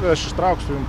tuoj aš ištrauksiu jum